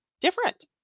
different